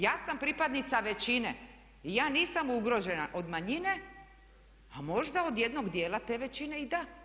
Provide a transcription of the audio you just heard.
Ja sam pripadnica većine i ja nisam ugrožena od manjine, a možda od jednog dijela te većine i da.